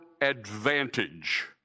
advantage